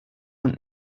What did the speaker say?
und